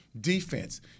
defense